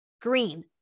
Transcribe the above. green